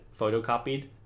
photocopied